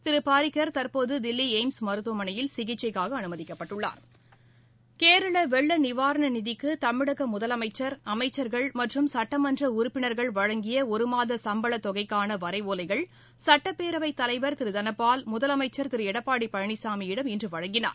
திரு பாரிக்கர் தற்போது தில்லி எய்ம்ஸ் மருத்துவமனையில் சிகிச்சைக்காக அனுமதிக்கப்பட்டுள்ளார் கேரள வெள்ள நிவாரண நிதிக்கு தமிழக முதலமைச்சர் அமைச்சர்கள் மற்றும் சட்டமன்ற உறுப்பினர்கள் வழங்கிய ஒருமாத சம்பள தொகைக்கான வரைவோலைகள் சட்டப்பேரவைத் தலைவர் திரு தனபால் முதலமைச்சர் திரு எடப்பாடி பழனிசாமியிடம் இன்று வழங்கினார்